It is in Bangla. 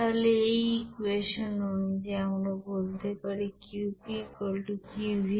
তাহলে এই ইকুয়েশন অনুযায়ী আমরা বলতে পারি Qp Qv 1239